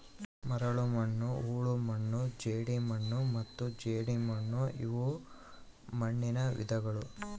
ಮರಳುಮಣ್ಣು ಹೂಳುಮಣ್ಣು ಜೇಡಿಮಣ್ಣು ಮತ್ತು ಜೇಡಿಮಣ್ಣುಇವು ಮಣ್ಣುನ ವಿಧಗಳು